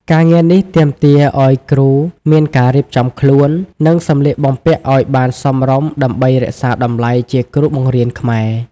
ការងារនេះទាមទារឱ្យគ្រូមានការរៀបចំខ្លួន និងសម្លៀកបំពាក់ឱ្យបានសមរម្យដើម្បីរក្សាតម្លៃជាគ្រូបង្រៀនខ្មែរ។